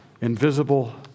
invisible